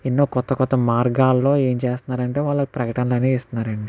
ఎన్నో కొత్త కొత్త మార్గాల్లో ఏం చేస్తున్నారు అంటే వాళ్ళు ప్రకటనలనేవి ఇస్తున్నారు అండి